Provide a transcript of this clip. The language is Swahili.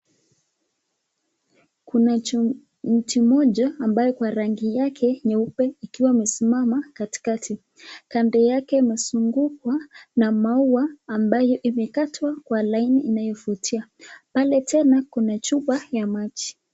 Kuna mtu mmoja ambayo kwa rangi yake nyeupe ikiwa amesimama katikati. Kando yake imezungukwa na maua ambayo imekatwa kwa laini inayovutia. Pale tena kuna chupa ya maji.